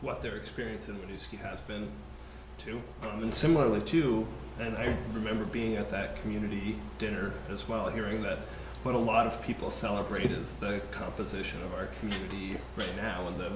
what their experience and has been to and similarly to you and i remember being at that community dinner as well hearing that what a lot of people celebrate is the composition of our community right now in the